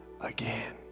again